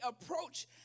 approach